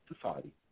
society